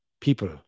People